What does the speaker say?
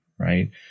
Right